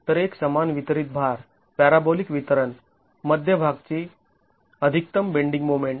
तर एक समान वितरित भार पॅराबोलिक वितरण मध्यभागची अधिकतम बेंडींग मोमेंट